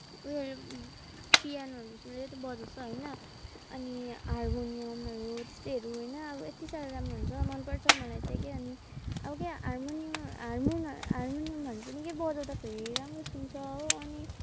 उयोहरू पियानोहरू सुनेर त बजाउँछ होइन अनि हार्मोनियमहरू त्यस्तैहरू होइन अब यत्ति साह्रो राम्रो हुन्छ मनपर्छ मलाई चाहिँ के अनि अब हार्मोनियम हार्मोन हार्मोनियमहरू के पनि बजाउँदाखेरि राम्रो सुन्छ हो अनि